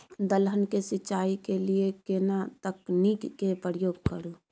दलहन के सिंचाई के लिए केना तकनीक के प्रयोग करू?